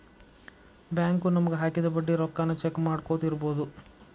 bank ನಮಗ ಹಾಕಿದ ಬಡ್ಡಿ ರೊಕ್ಕಾನ ಚೆಕ್ ಮಾಡ್ಕೊತ್ ಇರ್ಬೊದು